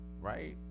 Right